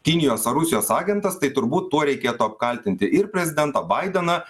kinijos ar rusijos agentas tai turbūt tuo reikėtų apkaltinti ir prezidentą baideną